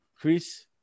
Chris